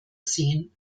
sehen